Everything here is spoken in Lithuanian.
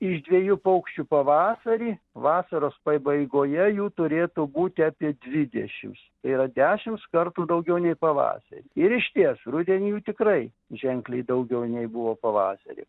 iš dviejų paukščių pavasarį vasaros pabaigoje jų turėtų būti apie dvidešims tai yra dešims kartų daugiau nei pavasarį ir išties rudenį jų tikrai ženkliai daugiau nei buvo pavasarį